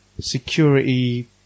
security